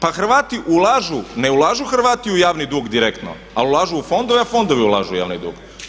Pa Hrvati ulažu, ne ulažu Hrvati u javni dug direktno ali ulažu u fondove a fondovi ulažu u javni dug.